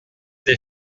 des